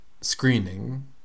screening